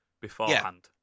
beforehand